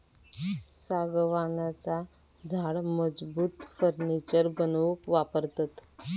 सागवानाचा झाड मजबूत फर्नीचर बनवूक वापरतत